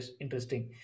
interesting